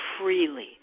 freely